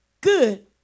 good